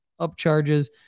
upcharges